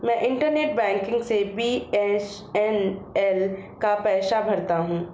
मैं internet banking से BSNL का पैसा भरता हूं